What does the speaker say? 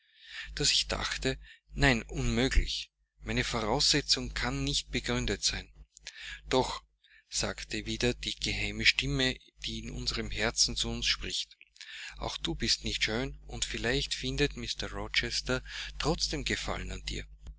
daß ich dachte nein unmöglich meine voraussetzung kann nicht begründet sein doch sagte wieder die geheime stimme die in unserem herzen zu uns spricht auch du bist nicht schön und vielleicht findet mr rochester trotzdem gefallen an dir